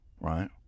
right